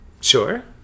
Sure